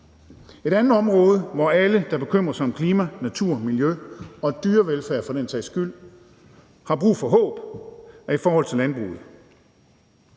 Et andet område, hvor alle, der bekymrer sig om klima, natur, miljø og dyrevelfærd for den sags skyld, har brug for håb, er i forhold til landbruget.